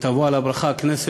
ותבוא על הברכה הכנסת,